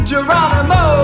Geronimo